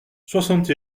soixante